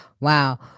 Wow